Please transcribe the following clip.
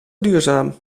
duurzaam